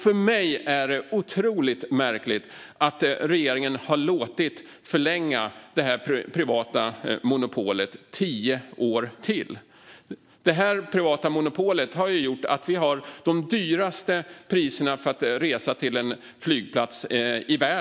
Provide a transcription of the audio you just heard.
För mig är det otroligt märkligt att regeringen har låtit förlänga det privata monopolet tio år till. Detta privata monopol har ju gjort att vi har de högsta priserna i världen för att resa till en flygplats.